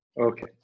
Okay